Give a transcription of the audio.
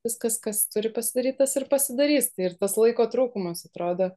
viskas kas turi pasidaryt tas ir pasidarys tai ir tas laiko trūkumas atrodo